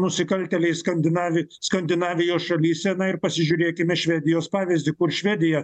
nusikaltėliais skandinavi skandinavijos šalyse na ir pasižiūrėkime švedijos pavyzdį kur švedija